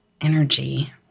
energy